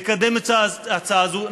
לקדם את ההצעה הזאת.